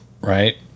right